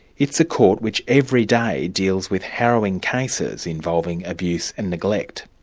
it's a court which every day deals with harrowing cases involving abuse and neglect,